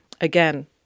Again